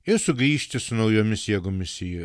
ir sugrįžti su naujomis jėgomis į